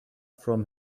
from